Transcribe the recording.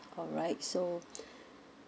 all right so